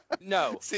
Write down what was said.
No